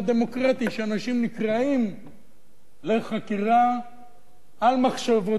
שאנשים נקראים לחקירה על מחשבותיהם העתידיות.